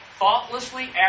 Thoughtlessly